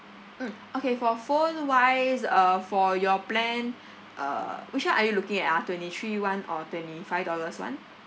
mm okay for phone wise uh for your plan uh which one are you looking at ah twenty three one or twenty five dollars one